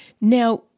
Now